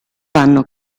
vanno